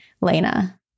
Lena